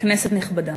כנסת נכבדה,